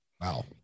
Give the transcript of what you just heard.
Wow